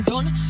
Done